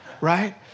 right